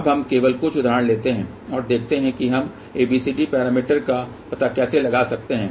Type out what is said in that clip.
अब हम केवल कुछ उदाहरण लेते हैं और देखते हैं कि हम ABCD पैरामीटर का पता कैसे लगा सकते हैं